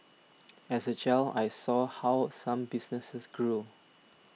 as a child I saw how some businesses grew